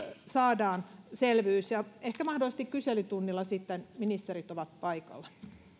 saadaan selvyys ehkä mahdollisesti kyselytunnilla sitten ministerit ovat paikalla